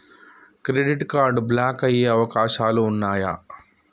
Credit card block అయ్యే అవకాశాలు ఉన్నయా?